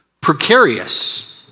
precarious